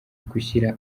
gushyira